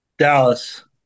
Dallas